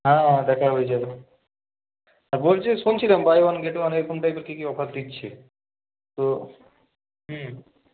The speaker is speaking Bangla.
হ্যাঁ দেখা হয়ে যাবে আর বলছি শুনছিলাম বাই ওয়ান গেট ওয়ান এইরকম টাইপের কি কি অফার দিচ্ছে তো হুম